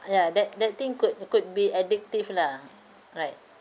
ya that that thing could uh could be addictive lah right